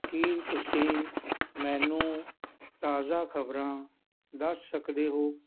ਕੀ ਤੁਸੀਂ ਮੈਨੂੰ ਤਾਜ਼ਾ ਖ਼ਬਰਾਂ ਦੱਸ ਸਕਦੇ ਹੋ